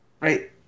Right